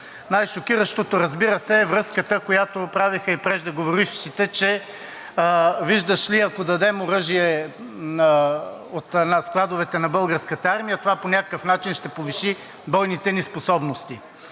Най-шокиращото, разбира се, е връзката, която отправиха и преждеговорившите, че виждаш ли, ако дадем оръжие от складовете на Българската армия, това по някакъв начин ще повиши бойните ни способности.